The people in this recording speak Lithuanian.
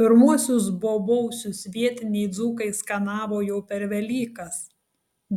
pirmuosius bobausius vietiniai dzūkai skanavo jau per velykas